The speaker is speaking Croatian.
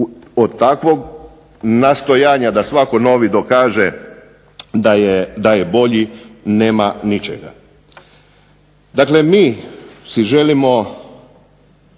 od takvog nastojanja da svatko novi dokaže da je bolji nema ničega. Dakle, mi si želimo